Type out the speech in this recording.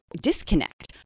disconnect